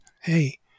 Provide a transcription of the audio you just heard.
hey